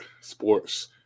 sports